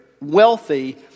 wealthy